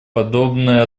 подобное